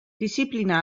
diziplina